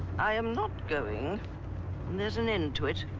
i am not going and there's an end to it